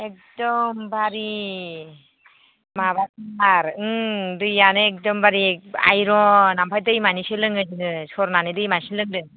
एकदमबारि माबाथार उम दैआनो एकदमबारि आइरन ओमफ्राय दैमानिसो लोङो जोङो सरनानै दैमानिसो लोंदों